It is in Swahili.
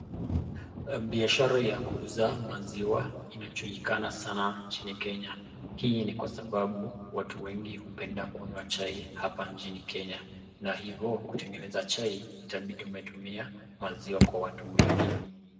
biashara ya kuuza maziwa inajulikana sana nchini kenya hii ni kwasababu watu wengi upenda kunywa chai hapa nchini kenya na hivyo kutengneza chai itabidi umetumia maziwa kwa watu wengi.